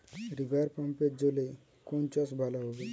রিভারপাম্পের জলে কোন চাষ ভালো হবে?